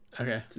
okay